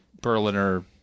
Berliner